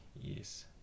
Yes